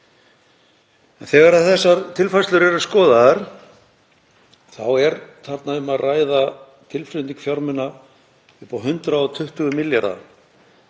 En þegar þessar tilfærslur eru skoðaðar þá er þarna um að ræða tilflutning fjármuna upp á 120 milljarða.